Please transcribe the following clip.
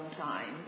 time